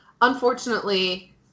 unfortunately